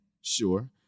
sure